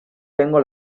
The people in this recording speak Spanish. tengo